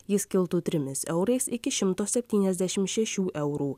jis kiltų trimis eurais iki šimto septyniasdešim šešių eurų